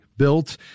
built